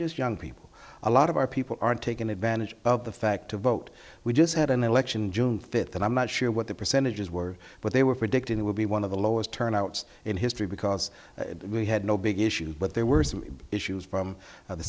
just young people a lot of our people aren't taken advantage of the fact to vote we just had an election june fifth and i'm not sure what the percentages were but they were predicting it will be one of the lowest turnouts in history because we had no big issue but there were some issues from the